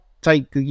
take